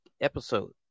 episode